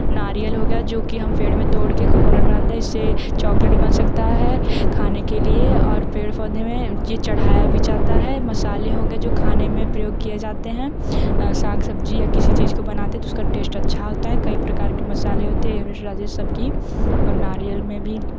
नारियल हो गया जो कि हम पेड़ में तोड़ के कोकोनट बनाते है इससे चॉकलेट बन सकता है खाने के लिए और पेड़ पौधे में जे चढ़ाया भी जाता है मसाले हो गए जो खाने में प्रयोग किए जाते हैं साग सब्ज़ी या किसी चीज़ को बनाते तो उसका टेस्ट अच्छा होता है कई प्रकार के मसाले होते हैं एवरेस्ट राजेश सबकी और नारियल में भी